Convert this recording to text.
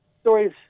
stories